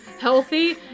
healthy